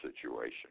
situation